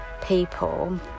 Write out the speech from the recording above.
people